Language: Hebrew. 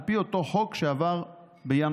על פי אותו חוק שעבר בינואר